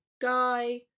guy